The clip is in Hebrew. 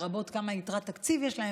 לרבות כמה יתרת תקציב יש להם,